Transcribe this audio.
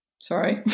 sorry